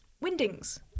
Windings